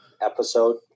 episode